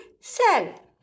cell